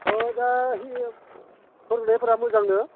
औ दा हेबेयाव फोरोंनायफोरा मोजांनो